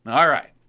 and alright,